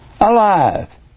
alive